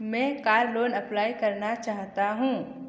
मैं car loan apply करना चाहता हूँ